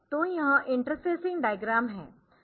तो यह interfacing diagram है